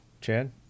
chad